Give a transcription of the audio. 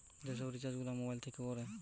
যে সব রিচার্জ গুলা মোবাইল থিকে কোরে